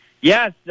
Yes